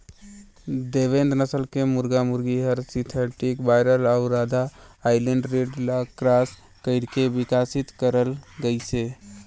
देवेंद नसल के मुरगा मुरगी हर सिंथेटिक बायलर अउ रद्दा आइलैंड रेड ले क्रास कइरके बिकसित करल गइसे